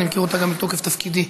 אני מכיר אותה גם בתוקף תפקידי,